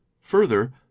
further